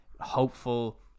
hopeful